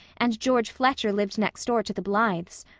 and george fletcher lived next door to the blythes.